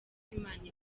imana